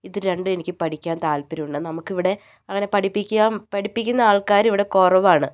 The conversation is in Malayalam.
ഇത് രണ്ടും എനിക്ക് പഠിക്കാൻ താത്പര്യം ഉണ്ട് നമുക്ക് ഇവിടെ അങ്ങനെ പഠിപ്പിക്കാൻ പഠിപ്പിക്കുന്ന ആൾക്കാർ ഇവിടെ കുറവാണ്